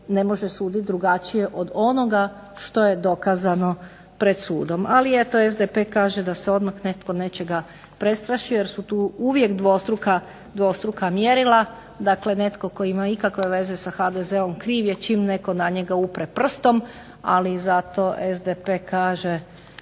ne može suditi drugačije od onoga što je dokazano pred sudom. Ali eto SDP kaže da se odmah netko nečega prestrašio, jer su tu uvijek dvostruka mjerila, dakle netko tko ima ikakve veze sa HDZ-om kriv je čim netko na njega upre prstom, ali zato SDP kaže